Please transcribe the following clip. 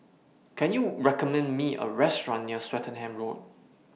Can YOU recommend Me A Restaurant near Swettenham Road